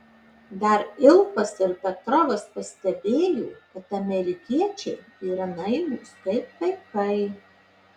dar ilfas ir petrovas pastebėjo kad amerikiečiai yra naivūs kaip vaikai